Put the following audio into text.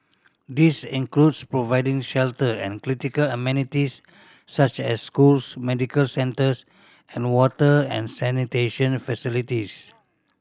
this includes providing shelter and critical amenities such as schools medical centres and water and sanitation facilities